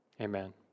amen